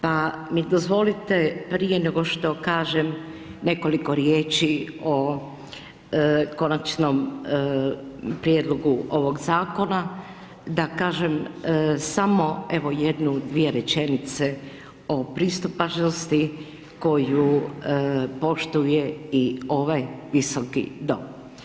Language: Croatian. Pa mi dozvolite prije nego što kažem nekoliko riječi o konačnom prijedlogu ovog zakona da kažem samo evo jednu, dvije rečenice o pristupačnosti koju poštuje i ovaj visoki dom.